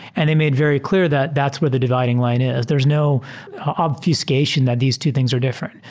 and they made very clear that that's where the dividing line is. there's no obfuscation that these two things are different.